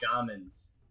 shamans